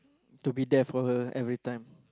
to be there for her everytime